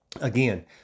Again